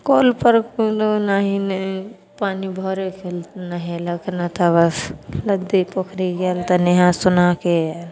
कल पर कोनो नहे पानि भरिके नहेलक नहि तऽ बस नदी पोखरि गेल तऽ नहा सुनाके आयल